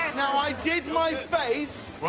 now, i did my face.